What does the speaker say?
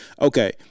okay